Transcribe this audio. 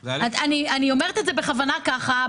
אני אומרת את זה בכוונה ככה,